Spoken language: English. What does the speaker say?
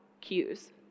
cues